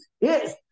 Yes